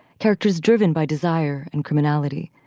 character is driven by desire and criminality.